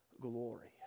glory